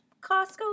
Costco